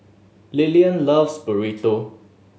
Lilian loves Burrito